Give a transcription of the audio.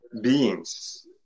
beings